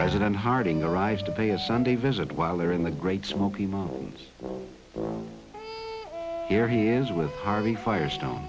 president harding arrives to pay a sunday visit while they're in the great smoky mountains here he is with harvey firestone